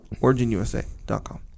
originusa.com